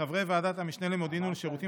חברי ועדת המשנה למודיעין ולשירותים